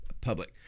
public